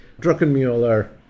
Druckenmuller